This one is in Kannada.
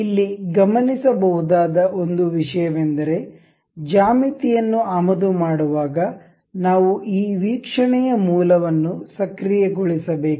ಇಲ್ಲಿ ಗಮನಿಸಬಹುದಾದ ಒಂದು ವಿಷಯವೆಂದರೆ ಜ್ಯಾಮಿತಿಯನ್ನು ಆಮದು ಮಾಡುವಾಗ ನಾವು ಈ ವೀಕ್ಷಣೆಯ ಮೂಲವನ್ನು ಸಕ್ರಿಯಗೊಳಿಸಬೇಕು